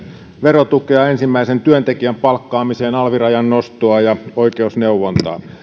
verotukea ensimmäisen työntekijän palkkaamiseen alvirajan nostoa ja oikeusneuvontaa on